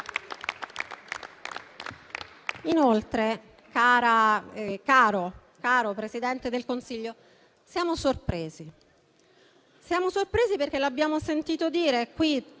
anzi, caro Presidente del Consiglio, siamo sorpresi perché abbiamo sentito dire,